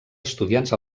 estudiants